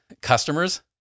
customers